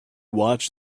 watched